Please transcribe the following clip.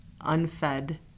unfed